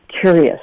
curious